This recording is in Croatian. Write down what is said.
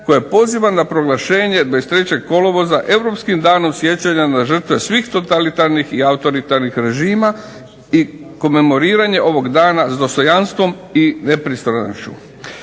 koja poziva na proglašenje 23. kolovoza europskim Danom sjećanja na žrtve svih totalitarnih i autoritarnih režima i komemoriranje ovog dana s dostojanstvom i nepristranošću.